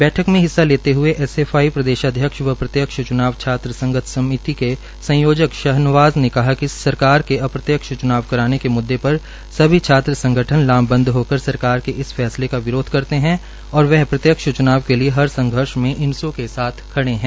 बैठक में हिस्सा लेते हए एसएफआई प्रदेशाध्यक्ष व प्रत्यक्ष च्नाव छात्र संघर्ष समीति के संयोजक शाहनवाज ने कहा कि सरकार के अप्रत्यक्ष च्नाव कराने के मुद्दे पर सभी छात्र संगठन लामबंद होकर सरकार के इस फैसले का विरोध करते हैं और वह प्रत्यक्ष चुनाव के लिए हर संघर्ष में इनसो के साथ खड़े हैं